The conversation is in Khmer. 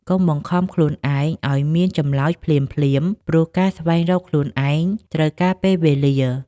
កុំបង្ខំខ្លួនឯងឱ្យមានចម្លើយភ្លាមៗ ព្រោះការស្វែងរកខ្លួនឯងត្រូវការពេលវេលា។